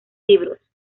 libros